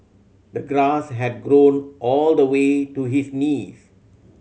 the grass had grown all the way to his knees